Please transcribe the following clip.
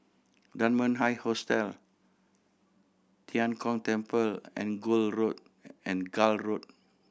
Dunman High Hostel Tian Kong Temple and and Gul Road